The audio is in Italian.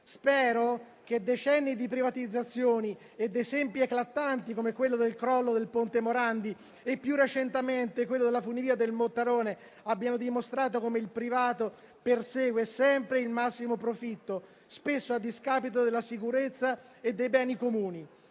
Spero che decenni di privatizzazioni ed esempi eclatanti come quello del crollo del ponte Morandi e più recentemente quello della funivia del Mottarone abbiamo dimostrato come il privato persegue sempre il massimo profitto, spesso a discapito della sicurezza e del bene comune.